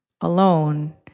alone